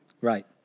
right